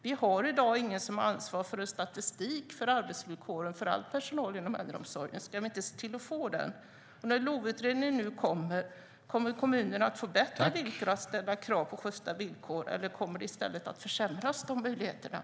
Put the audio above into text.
Vi har i dag ingen som har ansvar för en statistik för arbetsvillkoren för all personal inom äldreomsorgen. Ska vi inte se till att få det? Kommer kommunerna, när LOV-utredningen nu kommer, att få bättre möjligheter att ställa krav på sjysta villkor, eller kommer de möjligheterna i stället att försämras?